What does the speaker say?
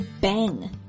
bang